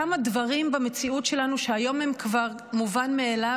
כמה דברים במציאות שלנו שהיום הם כבר מובן מאליו,